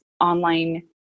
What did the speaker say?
online